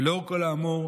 ולאור כל האמור,